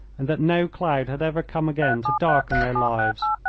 and that no cloud had ever come again to darken their lives.